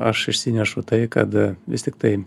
aš išsinešu tai kad vis tiktai